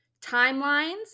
timelines